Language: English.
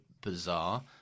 bizarre